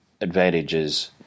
advantages